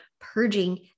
purging